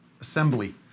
assembly